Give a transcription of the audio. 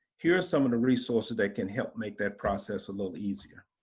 here are some of the resources that can help make that process a little easier.